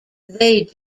they